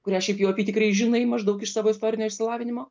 kurią šiaip jau apytikriai žinai maždaug iš savo istorinio išsilavinimo